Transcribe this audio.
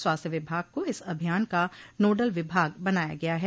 स्वास्थ्य विभाग को इस अभियान का नोडल विभाग बनाया गया है